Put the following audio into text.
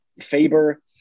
Faber